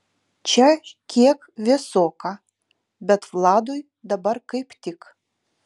čia kiek vėsoka bet vladui dabar kaip tik